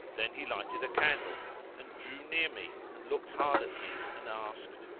then he lighted a candle and drew near me and looked hard at me and asked,